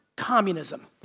communism.